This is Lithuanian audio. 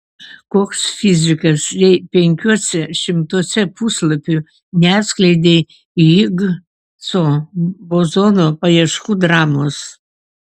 koks fizikas jei penkiuose šimtuose puslapių neatskleidei higso bozono paieškų dramos